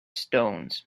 stones